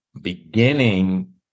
beginning